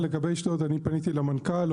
לגבי אשדוד, אני פניתי למנכ"ל עיריית אשדוד.